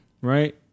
right